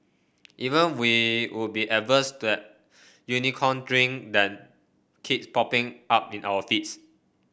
even we would be averse to that Unicorn Drink that keeps popping up in our feeds